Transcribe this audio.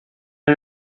era